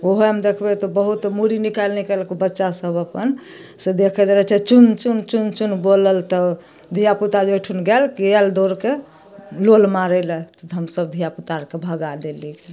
ओहए मे देखबै तऽ बहुत मूड़ी निकालि निकालि कऽ बच्चा सब अपन से देखैत रहै छै चुन चुन चुन चुन बोलल तऽ धिआपुता जे ओइठुन गाएल तऽ आएल दौड़ कए लोल मारैलए तऽ हमसब धिआपुताके भगा देली